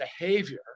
behavior